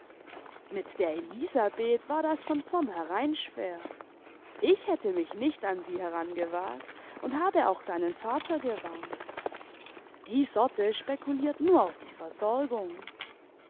mit der elisabeth war das von vornherein schwer ich hätte mich nicht an sie herangewagt imd habe auch deinen vater gewarnt die sorte spekuliert nur auf die versorgung